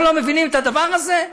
אנחנו לא מבינים את הדבר הזה?